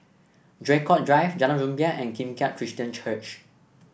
Draycott Drive Jalan Rumbia and Kim Keat Christian Church